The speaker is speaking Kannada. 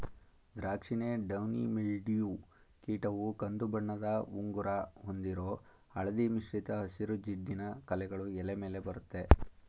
ದ್ರಾಕ್ಷಿಗೆ ಡೌನಿ ಮಿಲ್ಡ್ಯೂ ಕೀಟವು ಕಂದುಬಣ್ಣದ ಉಂಗುರ ಹೊಂದಿರೋ ಹಳದಿ ಮಿಶ್ರಿತ ಹಸಿರು ಜಿಡ್ಡಿನ ಕಲೆಗಳು ಎಲೆ ಮೇಲೆ ಬರತ್ತೆ